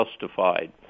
justified